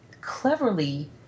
cleverly